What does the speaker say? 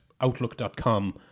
Outlook.com